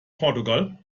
portugal